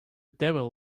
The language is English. devil